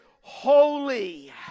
holy